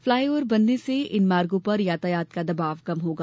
fly over बनने से इन मार्गों पर यातायात का दबाव कम होगा